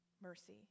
mercy